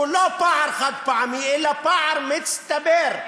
הוא לא פער חד-פעמי אלא פער מצטבר,